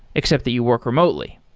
except that you work remotely.